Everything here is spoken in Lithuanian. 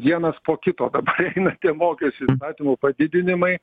vienas po kito kad eina tie mokesčių įstatymų padidinimai